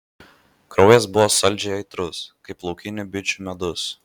kraujas buvo saldžiai aitrus kaip laukinių bičių medus